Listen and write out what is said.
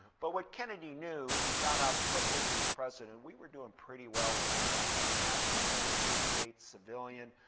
but what kennedy knew and found out quickly when he was president, we were doing pretty well on the tech front. nasa created in fifty eight, civilian,